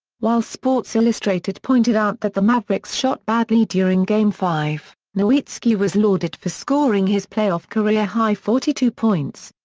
while sports illustrated pointed out that the mavericks shot badly during game five, nowitzki was lauded for scoring his playoff career-high forty two points.